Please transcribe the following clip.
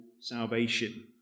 salvation